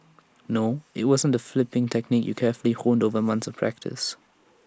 no IT wasn't the flipping technique you carefully honed over months of practice